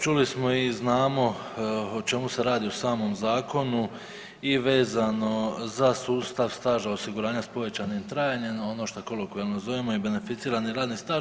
Čuli smo i znamo o čemu se radi u samom Zakonu i vezano za sustav staža osiguranja s povećanim trajanjem, ono što kolokvijalno zovemo beneficirani radni staž.